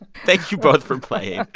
thank you both for playing.